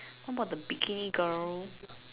what about the bikini girl